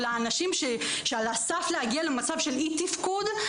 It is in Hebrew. או לאנשים שעל הסף של להגיע למצב של אי-תפקוד,